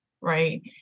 right